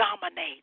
dominate